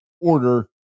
order